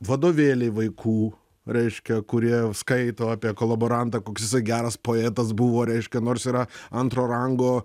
vadovėliai vaikų reiškia kurie skaito apie kolaborantą koks jisai geras poetas buvo reiškia nors yra antro rango